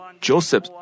Joseph